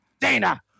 Dana